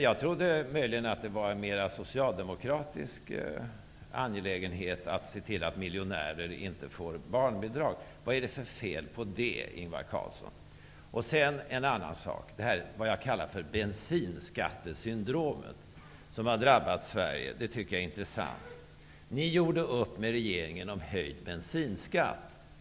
Jag trodde möjligen att det mer var en socialdemokratisk angelägenhet att se till att miljonärer inte får barnbidrag. Vad är det för fel på det, Ingvar Carlsson? Jag tycker att det är intressant med det bensinskattesyndrom -- så kallar jag det -- som har drabbat Sverige. Ni gjorde upp med regeringen om höjd bensinskatt.